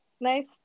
nice